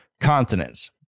continents